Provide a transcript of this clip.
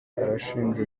arashinja